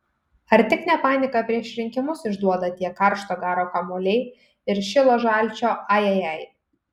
ar tik ne paniką prieš rinkimus išduoda tie karšto garo kamuoliai ir šilo žalčio ajajai